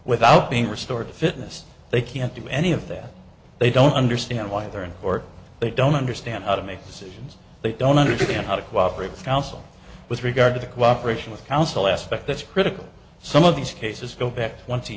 without being restored to fitness they can't do any of that they don't understand why they're in court they don't understand how to make decisions they don't understand how to cooperate counsel with regard to the cooperation with counsel aspect that's critical some of these cases go back twenty